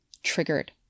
Triggered